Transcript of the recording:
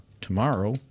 tomorrow